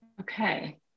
Okay